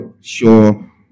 sure